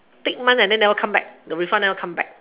take month then never come back the refund never come back